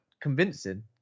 convincing